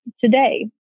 today